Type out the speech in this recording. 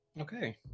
Okay